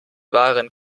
wahren